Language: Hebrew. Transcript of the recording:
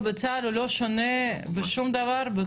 הוא רוצה לשבת.